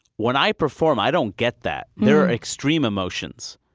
when i perform, i don't get that. they're extreme emotions.